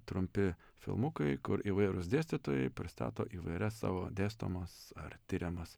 trumpi filmukai kur įvairūs dėstytojai pristato įvairias savo dėstomas ar tiriamas